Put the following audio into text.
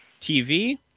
TV